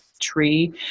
tree